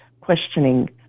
questioning